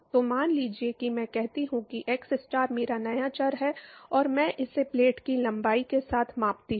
तो मान लीजिए कि मैं कहता हूं कि xstar मेरा नया चर है और मैं इसे प्लेट की लंबाई के साथ मापता हूं